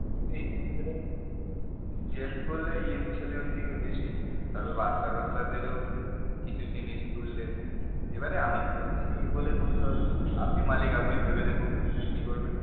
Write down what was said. এদিকে ইয়ং ছেলের জেন্টস করলে ইয়ং ছেলের ওইদিকে বেশি তারপর বাচ্চা গাচ্চাদেরও কিছু জিনিস তুললে এবারে আমি বলছি বলে তুলতে হবে আপনি মালিক আপনি ভেবে দেখুন যে কী করবেন